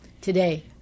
today